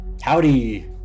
Howdy